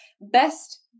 Best